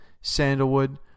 sandalwood